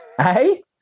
Hey